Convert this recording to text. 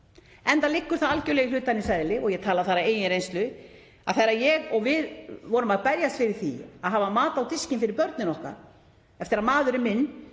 enda liggur það algjörlega í hlutarins eðli. Ég tala þar af eigin reynslu þegar ég og við vorum að berjast fyrir því að hafa mat á diskinn fyrir börnin okkar eftir að maðurinn minn